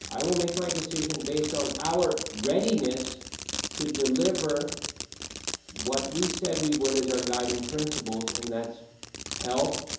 i will make my decision based on our readiness to deliver what we said we would as our guiding principles and that's health,